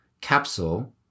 capsule